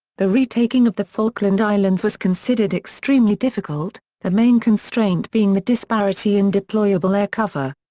the retaking of the falkland islands was considered extremely difficult the main constraint being the disparity in deployable air cover.